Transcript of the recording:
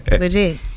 Legit